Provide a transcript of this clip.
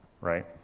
right